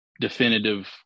Definitive